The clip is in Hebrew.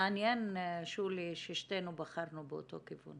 מעניין, שולי, ששתינו בחרנו באותו כיוון.